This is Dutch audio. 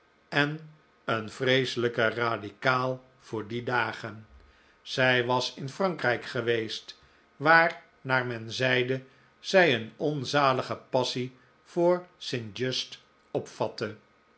en een vreeselijke radicaal voor die dagen zij was in frankrijk geweest waar naar men zeide zij een onzalige passie voor st just